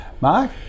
Mark